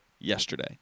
yesterday